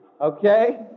okay